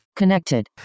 connected